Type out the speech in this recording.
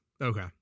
Okay